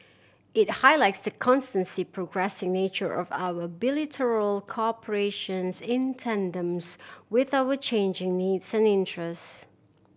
it highlights the progressing nature of our bilateral cooperation in tandems with our changing needs and interest